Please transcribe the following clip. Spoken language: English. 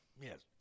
Yes